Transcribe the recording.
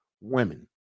Women